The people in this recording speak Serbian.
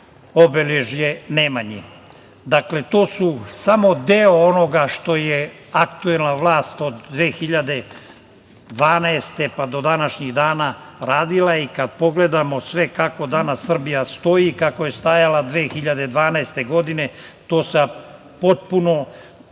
obeležje Nemanji. Dakle, to je samo deo onoga što je aktuelna vlast od 2012. godine, pa do današnjeg dana radila. Kad pogledamo sve kako danas Srbija stoji i kako je stajala 2012. godine to se potpuno